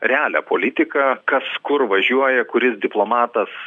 realią politiką kas kur važiuoja kuris diplomatas